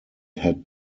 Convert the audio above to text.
had